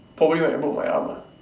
probably when I broke my arm ah